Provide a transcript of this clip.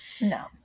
No